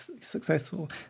successful